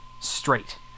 straight